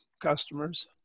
customers